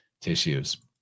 tissues